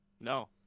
No